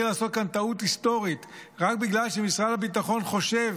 לעשות כאן טעות היסטורית רק בגלל שמשרד הביטחון חושב